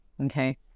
okay